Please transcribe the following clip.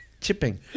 Chipping